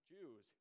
Jews